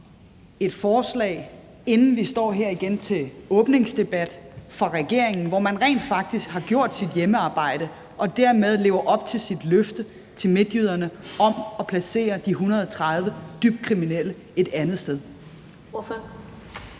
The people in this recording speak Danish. et forslag, inden vi står her igen til åbningsdebat, fra regeringen, hvor man rent faktisk har gjort sit hjemmearbejde og dermed lever op til sit løfte til midtjyderne om at placere de 130 dybt kriminelle et andet sted?